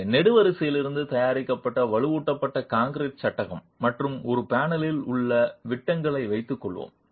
எனவே நெடுவரிசையிலிருந்து தயாரிக்கப்பட்ட வலுவூட்டப்பட்ட கான்கிரீட் சட்டகம் மற்றும் ஒரு பேனலுக்குள் உள்ள விட்டங்களை வைத்துக் கொள்வோம்